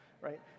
Right